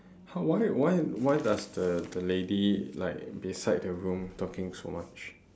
!huh! why why why does the the lady like beside the room talking so much